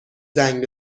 زنگ